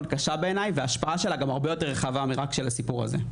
קשה בעיניי וההשפעה שלה גם הרבה יותר רחבה מרק של הסיפור הזה.